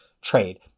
trade